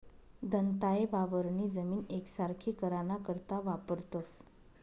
दंताये वावरनी जमीन येकसारखी कराना करता वापरतंस